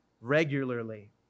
regularly